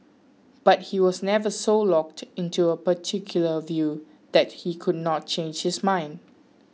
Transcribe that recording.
but he was never so locked in to a particular view that he could not change his mind